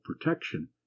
protection